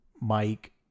Mike